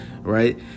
right